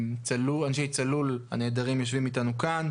אנשי "צלול" הנהדרים יושבים איתנו כאן,